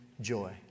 joy